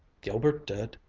gilbert did.